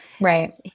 right